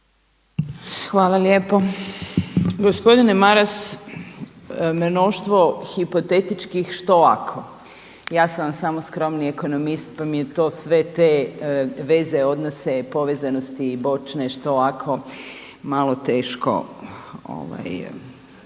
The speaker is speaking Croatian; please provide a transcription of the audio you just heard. Hvala lijepo. Gospodine Maras, mnoštvo hipotetičkih što ako? Ja sam vam samo skromni ekonomist pa mi je to sve te veze odnose povezanosti i bočne što ako malo teško